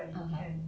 (uh huh)